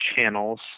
channels